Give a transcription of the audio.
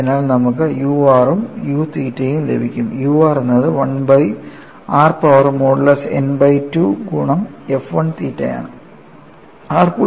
അതിനാൽ നമുക്ക് u r ഉം u തീറ്റയും ലഭിക്കും u r എന്നത് 1 by r power modulus n by 2 ഗുണം f 1 തീറ്റ ആണ്